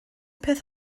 peth